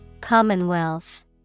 commonwealth